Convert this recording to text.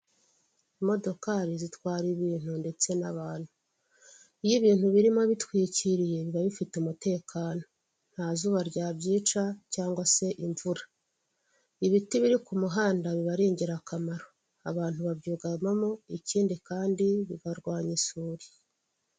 Imodokari zitwara ibintu ndetse n'abantu, iyo ibintu birimo bitwikiriye biba bifite umutekano nta zuba ryabyica cyangwa se imvura. Ibiti biri ku muhanda biba ari ingirakamaro abantu babyugamamo ikindi kandi bikarwanya isuri.